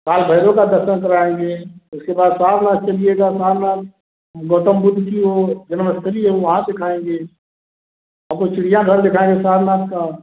काल भैरव का दर्शन कराएँगे उसके बाद सारनाथ चलिएगा सारनाथ गौतम बुद्ध की वह जनम स्थली है वहाँ दिखाएँगे आपको चिड़ियाघर दिखाएँगे सारनाथ का